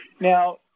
Now